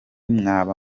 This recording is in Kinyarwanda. mwaba